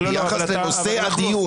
ביחס לנושא הדיון.